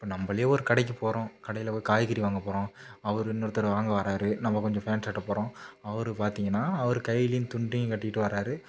இப்போ நம்மளே ஒரு கடைக்கு போகிறோம் கடையில் ஒரு காய்கறி வாங்கப் போகிறோம் அவரு இன்னொருத்தர் வாங்க வராரு நம்ம கொஞ்சம் ஃபேண்ட் சட்டை போகிறோம் அவரு பார்த்தீங்கன்னா அவரு கைலியும் துண்டையும் கட்டிட்டு வரார்